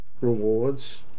rewards